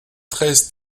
treize